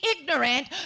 ignorant